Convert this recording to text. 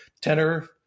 tenor